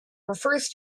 refers